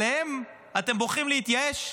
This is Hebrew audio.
עליהם אתם בוחרים להתייאש?